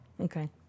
Okay